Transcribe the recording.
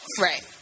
Right